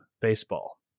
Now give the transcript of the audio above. baseball